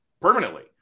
permanently